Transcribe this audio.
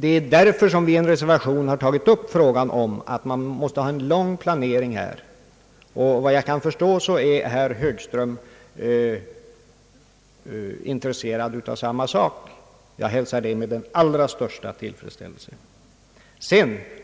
Det är av den anledningen vi i en reservation tagit upp frågan om en lång planering, och såvitt jag kan förstå är herr Högström också intresserad härav. Jag hälsar detta med den allra största tillfredsställelse.